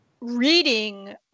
reading